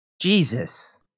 Jesus